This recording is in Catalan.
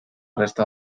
resta